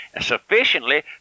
sufficiently